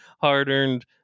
hard-earned